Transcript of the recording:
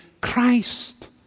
Christ